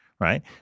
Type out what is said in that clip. right